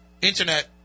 internet